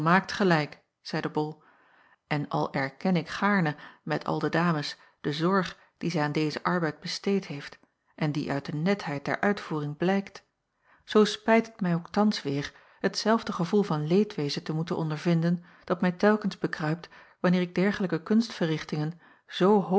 volmaakt gelijk zeide bol en al erken ik gaarne met al de dames de zorg die zij aan dezen arbeid besteed heeft en die uit de netheid der uitvoering blijkt zoo spijt het mij ook thans weêr hetzelfde gevoel van leedwezen te moeten ondervinden dat mij telkens bekruipt wanneer ik dergelijke kunstverrichtingen zoo hoog